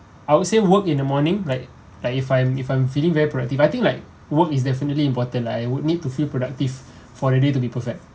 I would say work in the morning like like if I'm if I'm feeling very proactive I think like work is definitely important like I would need to feel productive for the day to be perfect